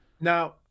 Now